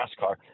NASCAR